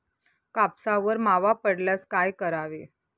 कापसावर मावा पडल्यास काय करावे?